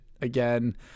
again